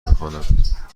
بخوانم